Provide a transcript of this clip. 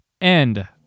End